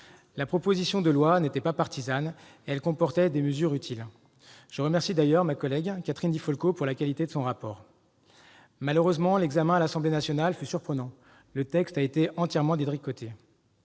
La proposition de loi n'était pas partisane et comportait des mesures utiles. Je souhaite remercier, à cet instant, ma collègue Catherine Di Folco pour la qualité de son rapport. Malheureusement, l'examen à l'Assemblée nationale fut surprenant : le texte a été entièrement détricoté.